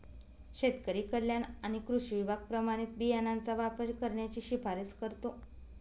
शेतकरी कल्याण आणि कृषी विभाग प्रमाणित बियाणांचा वापर करण्याची शिफारस करतो